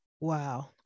Wow